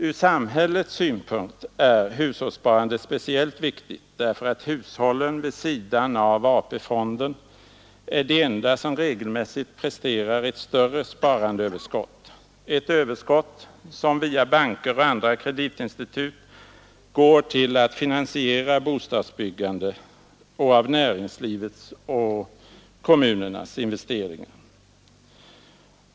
Ur samhällets synpunkt är hushållssparandet speciellt viktigt därför att hushållen vid sidan av AP-fonden är de enda som regelmässigt presterar ett större sparandeöverskott ett överskott som via banker och andra kreditinstitut går till att finansiera bostadsbyggande och näringslivets och kommunernas investeringar.